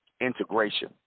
integration